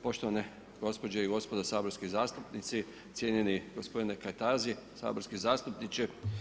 Poštovane gospođe i gospoda saborski zastupnici, cijenjeni gospodine Kajtazi, saborski zastupniče.